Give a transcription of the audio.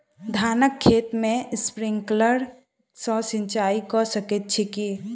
धानक खेत मे स्प्रिंकलर सँ सिंचाईं कऽ सकैत छी की?